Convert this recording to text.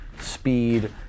speed